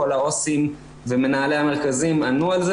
כל העו"סים ומנהלי המרכזים ענו על זה.